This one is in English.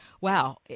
wow